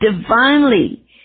divinely